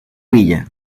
villa